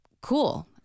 Cool